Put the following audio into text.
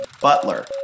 Butler